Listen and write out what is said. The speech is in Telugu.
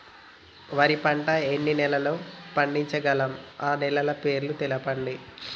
వరి పంట ఎన్ని నెలల్లో పండించగలం ఆ నెలల పేర్లను తెలుపండి?